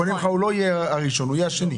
הקונה ממך לא יהיה הראשון אלא הוא יהיה השני.